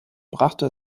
brachte